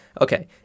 okay